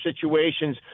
situations